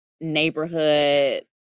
neighborhood